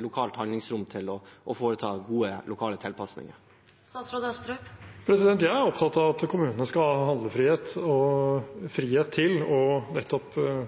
lokalt handlingsrom til å foreta gode lokale tilpasninger? Jeg er opptatt av at kommunene skal ha handlefrihet og frihet til